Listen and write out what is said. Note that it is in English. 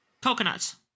Coconuts